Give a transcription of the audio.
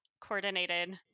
coordinated